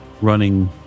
running